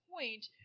point